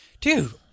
Dude